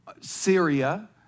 Syria